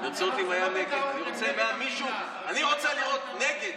אני רוצה לראות הצבעה נגד.